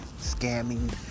scamming